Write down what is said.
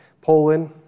Poland